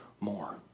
more